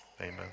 amen